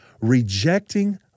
Rejecting